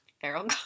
Feral